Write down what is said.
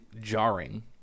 jarring